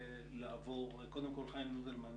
קודם כול חיים נודלמן,